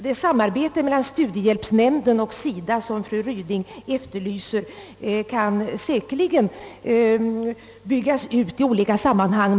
Det samarbete mellan studiehjälpsnämnden och SIDA, som fru Ryding efterlyser, kan kanske byggas ut i olika sammanhang.